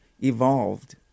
evolved